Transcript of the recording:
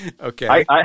Okay